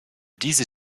diese